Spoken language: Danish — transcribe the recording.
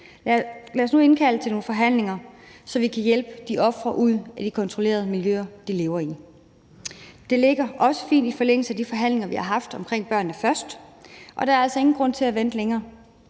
Lad os nu indkalde til nogle forhandlinger, så vi kan hjælpe de ofre ud af de kontrollerede miljøer, de lever i. Det ligger også fint i forlængelse af de forhandlinger, vi har haft om »Børnene Først«, og der er altså ingen grund til at vente længere.